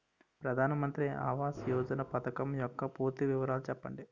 ప్రధాన మంత్రి ఆవాస్ యోజన పథకం యెక్క పూర్తి వివరాలు చెప్పండి?